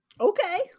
Okay